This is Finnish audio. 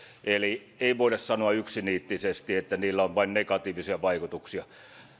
eli ei voida sanoa yksiniittisesti että niillä on vain negatiivisia vaikutuksia